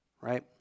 right